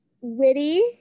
Witty